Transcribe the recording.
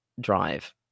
drive